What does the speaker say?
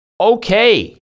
okay